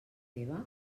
teva